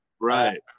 Right